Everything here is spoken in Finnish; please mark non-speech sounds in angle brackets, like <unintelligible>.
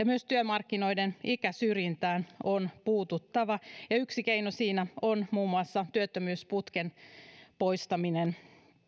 <unintelligible> myös työmarkkinoiden ikäsyrjintään on puututtava ja yksi keino siinä muun muassa on työttömyysputken poistaminen